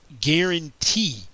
guarantee